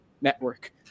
Network